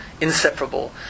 inseparable